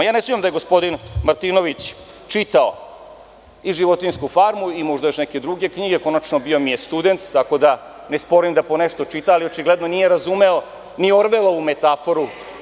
Ne sumnjam da je gospodin Martinović čitao i „Životinjsku farmu“ i možda još neke druge knjige, konačno bio mi je student, tako ne sporim da ponešto čita, ali očigledno nije razumeo ni Orvelovu metaforu.